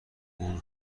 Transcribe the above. اون